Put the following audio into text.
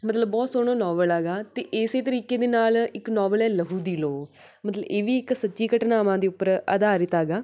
ਮਤਲਬ ਬਹੁਤ ਸੋਹਣਾ ਨੋਵਲ ਆਗਾ ਅਤੇ ਇਸੇ ਤਰੀਕੇ ਦੇ ਨਾਲ ਇੱਕ ਨੋਵਲ ਆਗਾ ਲਹੂ ਦੀ ਲੋਅ ਮਤਲਬ ਇਹ ਵੀ ਇੱਕ ਸੱਚੀ ਘਟਨਾਵਾਂ ਦੇ ਉੱਪਰ ਆਧਾਰਿਤ ਆਗਾ